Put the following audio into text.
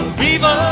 viva